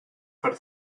per